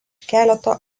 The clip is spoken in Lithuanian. keleto